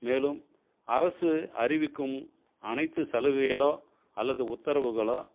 மேலும் அரசு அறிவிக்கும் அனைத்து சலுகைகளோ அல்லது உத்தரவுகளோ